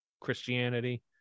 Christianity